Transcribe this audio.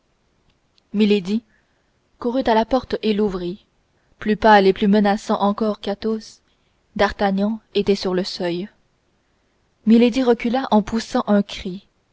milady courut à la porte et l'ouvrit plus pâle et plus menaçant encore qu'athos d'artagnan était sur le seuil milady recula en poussant un cri